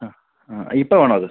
ആ ആ ഇപ്പം വേണോ അത്